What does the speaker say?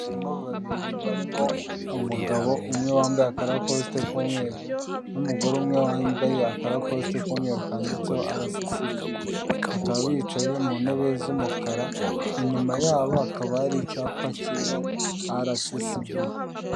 Abantu babiri barimo umugabo umwe wambaye akarakosite k'umweru n'umugore umwe wambaye akarakosite k'umweru kanditseho arasisibi, bakaba bicaye mu ntebe z'umukara inyuma yabo hakaba hari icyapa kirimo arasisibi.